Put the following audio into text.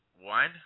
One